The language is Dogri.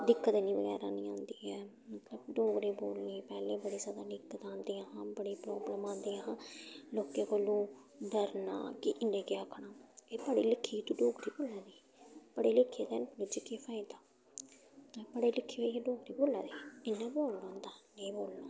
दिक्कत इन्नी बगैरा निं औंदी ऐ मतलब डोगरी बोलने च पैह्लें बड़ी जैदा दिक्कत औंदियां हां बड़ी प्राब्लम औंदियां हां लोकें कोलू डरना कि इ'न्नै केह् आखना एह् पढ़ी लिखी दी तूं डोगरी बोल्ला दी पढ़े लिखे दे ते अनपढ़ें च केह् फायदा तुसें पढ़े लिखे होइयै डोगरी बोल्ला दे इन्ना बोलना होंदा